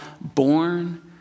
born